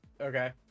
okay